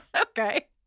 okay